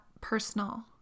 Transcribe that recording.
personal